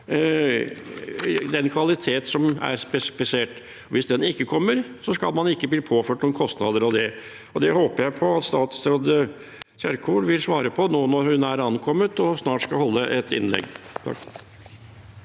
den kvalitet som er spesifisert. Hvis den ikke kommer, skal man ikke bli påført noen kostnader ved det. Det håper jeg statsråd Kjerkol vil svare på nå når hun er ankommet og snart skal holde et innlegg.